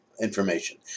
information